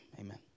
amen